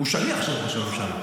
הוא שליח של ראש הממשלה.